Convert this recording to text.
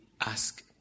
ask